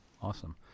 Awesome